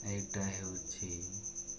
ଏଇଟା ହେଉଛି